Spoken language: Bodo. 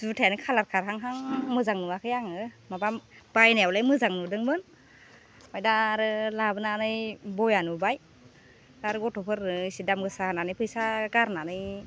जुथायानो खालार खारहांहां मोजां नुवाखै आङो माबा बायनायावलाय मोजां नुदोंमोन ओमफ्राय दा आरो लाबोनानै बया नुबाय आरो गथ'फोरनो एसे दाम गोसा होनानै फैसा गारनानै